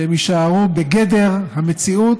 שהם יישארו בגדר המציאות,